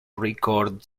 record